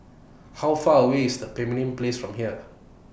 How Far away IS The Pemimpin Place from here